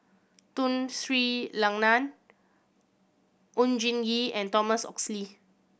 Tun Sri Lanang Oon Jin Gee and Thomas Oxley